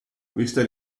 questa